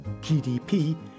GDP